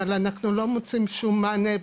אבל אנחנו לא מוצאים שום מענה.